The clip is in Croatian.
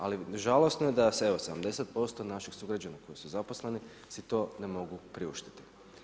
Ali žalosno je da se evo 70% naših sugrađana koji su zaposleni si to ne mogu priuštiti.